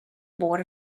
board